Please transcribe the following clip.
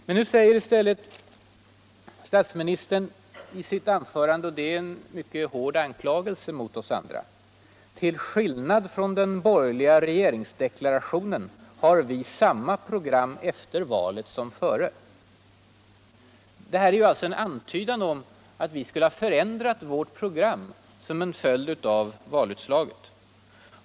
Men nu säger herr Palme i stället i sitt anförande, och det är en mycket hård anklagelse mot oss andra: ”Till skillnad från vad som giller den borgerliga regeringsdeklarationen har vi samma program efter valet som före.” Det här är alltså en antydan om att vi skulle ha förändrat värt program som en följd av valutslaget.